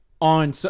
on